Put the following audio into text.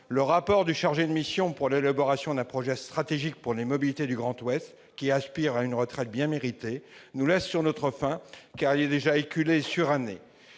Le rapport du chargé de mission pour l'élaboration d'un projet stratégique pour les mobilités du Grand Ouest, qui aspire à une retraite bien méritée, nous laisse sur notre faim, car il est déjà éculé et suranné.